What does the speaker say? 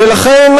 ולכן,